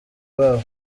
babo